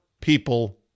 people